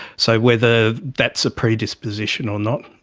so whether that's a predisposition or not,